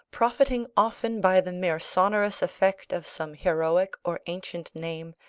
profiting often by the mere sonorous effect of some heroic or ancient name,